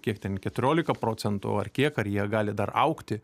kiek ten keturiolika procentų ar kiek ar jie gali dar augti